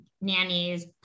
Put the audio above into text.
nannies